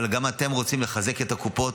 אבל גם אתם רוצים לחזק את הקופות,